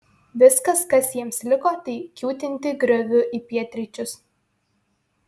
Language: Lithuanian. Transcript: viskas kas jiems liko tai kiūtinti grioviu į pietryčius